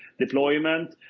deployment,